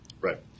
Right